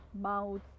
mouth